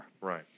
Right